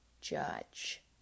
judge